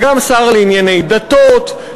וגם שר לענייני דתות,